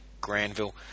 Granville